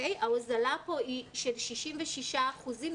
ההוזלה כאן היא של 66 אחוזים,